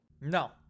No